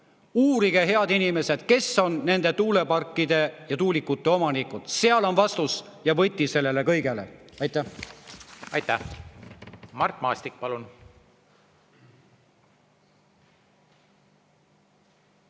Uurige, head inimesed, kes on nende tuuleparkide ja tuulikute omanikud, seal on vastus ja kõige selle võti. Aitäh! Aitäh! Mart Maastik, palun!